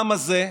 העם הזה,